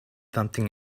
something